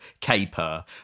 caper